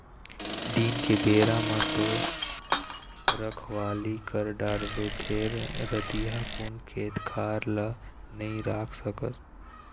दिन के बेरा म तो रखवाली कर डारबे फेर रतिहा कुन खेत खार ल नइ राख सकस